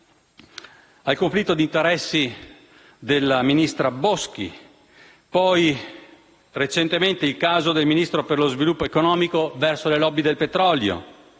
al conflitto d'interessi della ministra Boschi e poi, recentemente, al caso del Ministro per lo sviluppo economico verso le *lobby* del petrolio.